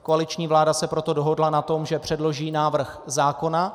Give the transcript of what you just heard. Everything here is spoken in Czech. Koaliční vláda se proto dohodla na tom, že předloží návrh zákona.